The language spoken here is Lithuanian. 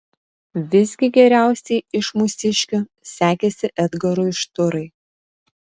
visgi geriausiai iš mūsiškių sekėsi edgarui šturai